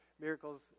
miracles